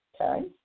Okay